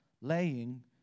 laying